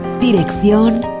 Dirección